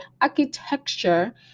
architecture